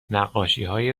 نقاشیهای